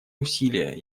усилия